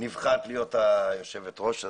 נבחרת להיות יושבת הראש שלה.